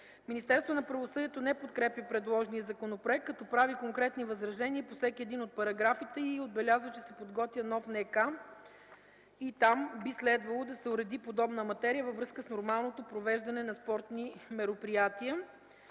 Министерство на правосъдието не подкрепя предложения законопроект като прави конкретни възражения по всеки един от параграфите и отбелязва, че се подготвя нов НК и там би следвало да се уреди подробно материята във връзка с нормалното провеждане на спортни мероприятия.